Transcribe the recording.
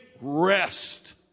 rest